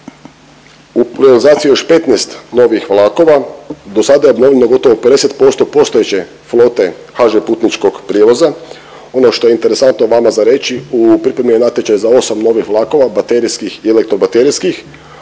U realizaciji je još 15 novih vlakova, do sada je obnovljeno gotovo 50% postojeće flote HŽ Putničkog prijevoza. Ono što je interesantno vama za reći, u pripremi je natječaj za 8 novih vlakova, baterijskih i elektrobaterijskih,